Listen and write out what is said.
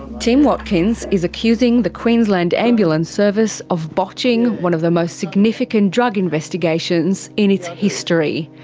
tim watkins is accusing the queensland ambulance service of botching one of the most significant drug investigations in its history.